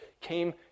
came